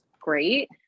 great